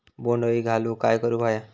बोंड अळी घालवूक काय करू व्हया?